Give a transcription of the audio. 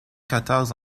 quatorze